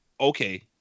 okay